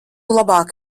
labāk